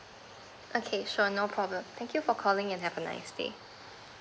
okay sure no problem thank you for calling and have a nice day